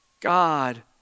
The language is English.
God